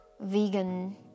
vegan